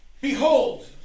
Behold